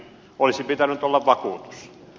olisi pitänyt olla vakuutus